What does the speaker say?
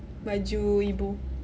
baju ibu